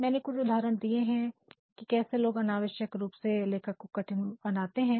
मैंने कुछ उदाहरण दिए हैं कि कैसे लोग अनावश्यक रूप से लेखन को कठिन बनाते हैं